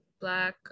black